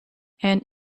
and